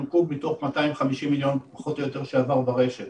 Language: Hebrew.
קוב מתוך 250 מיליון פחות או יותר שעבר ברשת